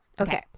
Okay